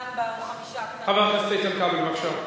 כאן, חבר הכנסת איתן כבל, בבקשה.